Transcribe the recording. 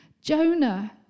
Jonah